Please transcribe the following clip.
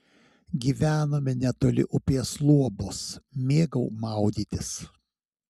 gyvenome netoli upės luobos mėgau maudytis